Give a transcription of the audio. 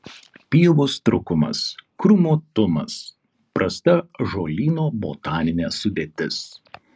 pievos trūkumas krūmuotumas prasta žolyno botaninė sudėtis